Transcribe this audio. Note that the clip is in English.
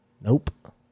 Nope